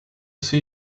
see